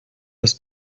ist